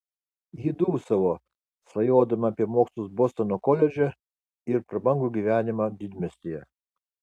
ji dūsavo svajodama apie mokslus bostono koledže ir prabangų gyvenimą didmiestyje